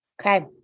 okay